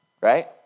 Right